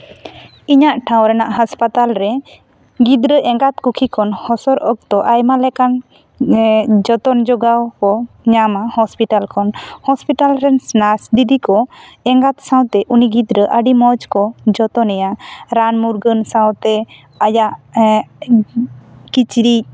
ᱤᱧᱟᱹᱜ ᱴᱷᱟᱣ ᱨᱮᱱᱟᱜ ᱦᱟᱥᱯᱟᱛᱟᱞ ᱨᱮ ᱜᱤᱫᱽᱨᱟᱹ ᱮᱸᱜᱟᱛ ᱠᱩᱠᱷᱤ ᱠᱷᱚᱱ ᱦᱚᱥᱚᱨ ᱚᱠᱛᱚ ᱟᱭᱢᱟ ᱞᱮᱠᱟᱱ ᱡᱚᱛᱚᱱ ᱡᱚᱜᱟᱣ ᱠᱚ ᱧᱟᱢᱟ ᱦᱚᱥᱯᱤᱴᱟᱞ ᱠᱷᱚᱱ ᱦᱚᱥᱯᱤᱴᱟᱞ ᱨᱮᱱ ᱱᱟᱨᱥ ᱫᱤᱫᱤ ᱠᱚ ᱮᱸᱜᱟᱛ ᱥᱟᱶ ᱛᱮ ᱩᱱᱤ ᱜᱤᱫᱽᱨᱟᱹ ᱟᱹᱰᱤ ᱢᱚᱡᱽ ᱠᱚ ᱡᱚᱛᱚᱱᱮᱭᱟ ᱨᱟᱱ ᱢᱩᱨᱜᱟᱹᱱ ᱥᱟᱶ ᱛᱮ ᱟᱭᱟᱡ ᱠᱤᱪᱨᱤᱡ